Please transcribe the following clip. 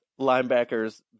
linebackers